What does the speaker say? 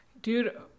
Dude